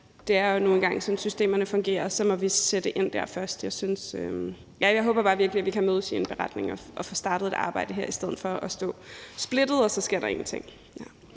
det er jo nu engang sådan, systemerne fungerer. Så må vi sætte ind der først. Jeg håber bare virkelig, at vi kan mødes i en beretning og få startet et arbejde her i stedet for at stå splittet, og at så sker der ingenting.